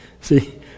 See